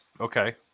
Okay